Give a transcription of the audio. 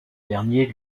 dernier